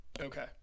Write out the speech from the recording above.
Okay